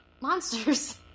monsters